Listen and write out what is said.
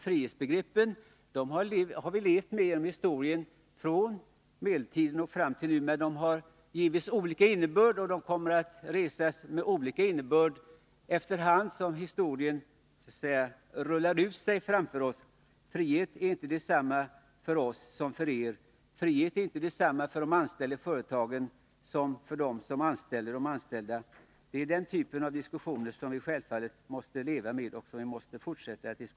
Frihetsbegreppen har vi levt med genom historien, från medeltiden fram till nu. Men de har givits olika innebörd och kommer att ges olika innebörd efter hand som historien så att säga rullar ut sig framför oss. Frihet är inte detsamma för oss som för er. Frihet är inte detsamma för de anställda i företagen som för dem som anställer personalen. Det är denna typ av diskussion som vi självfallet måste leva med och som givetvis måste föras. Herr talman!